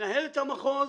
מנהלת המחוז